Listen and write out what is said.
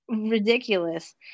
ridiculous